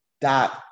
dot